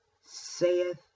saith